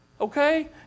Okay